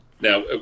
Now